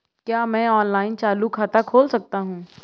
क्या मैं ऑनलाइन चालू खाता खोल सकता हूँ?